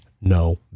no